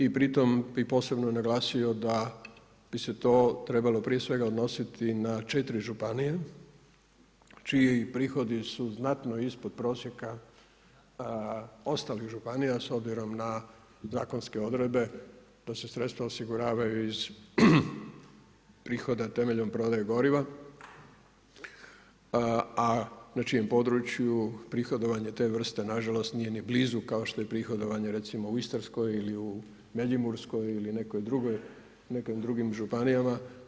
I pri tome bih posebno naglasio da bi se to trebalo prije svega odnositi na 4 županije čiji prihodi su znatno ispod prosjeka ostalih županija s obzirom na zakonske odredbe da se sredstva osiguravaju iz prihoda temeljem prodaje goriva a na čijem području prihodovanje te vrste nažalost nije ni blizu kao što je prihodovanje recimo u Istarskoj ili u međimurskoj ili nekim drugim županijama.